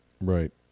Right